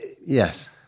yes